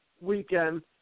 weekend